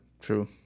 True